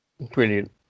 Brilliant